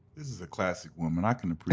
this is a classic woman. i can